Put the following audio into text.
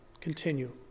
Continue